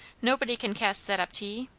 nobody can cast that up to ye.